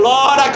Lord